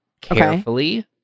carefully